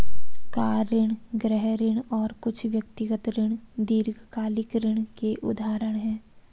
car ऋण, गृह ऋण और कुछ व्यक्तिगत ऋण दीर्घकालिक ऋण के उदाहरण हैं